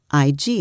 IG